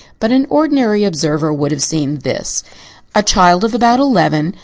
but an ordinary observer would have seen this a child of about eleven,